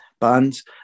bands